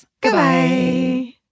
Goodbye